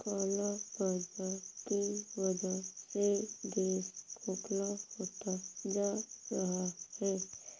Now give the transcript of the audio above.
काला बाजार की वजह से देश खोखला होता जा रहा है